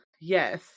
yes